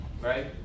right